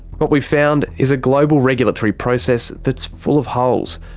what we've found is a global regulatory process that's full of holes,